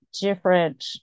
different